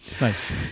Nice